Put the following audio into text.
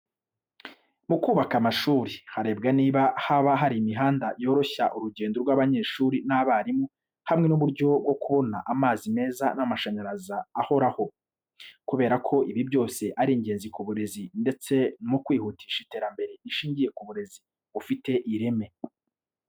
Mu kubaka amashuri, harebwa niba haba hari imihanda yoroshya urugendo rw'abanyeshuri n'abarimu hamwe n'uburyo bwo kubona amazi meza n'amashanyarazi ahoraho, kubera ko ibi byose ari ingenzi ku burezi ndetse no mu kwihutisha iterambere rishingiye ku burezi bufite ireme.